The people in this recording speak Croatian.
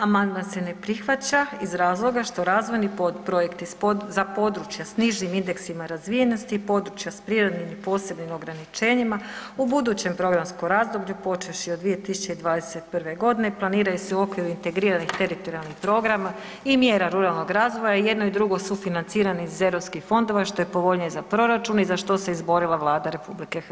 Amandman se ne prihvaća iz razloga što razvojni projekti za područja s nižim indeksima razvijenosti i područja s prirodnim i posebnim ograničenjima u budućem programskom razdoblju počevši od 2021. godine planiraju se u okviru integriranih teritorijalnih programa i mjera ruralnog razvoja, jedno i drugo sufinancirani iz europskih fondova što je povoljnije za proračun i za što se izborila Vlada Republike Hrvatske.